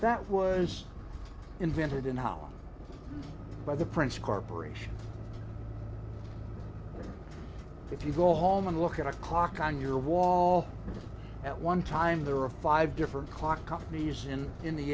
that was invented in holland by the prince corporation if you go home and look at a clock on your wall at one time there are five different clock companies in in the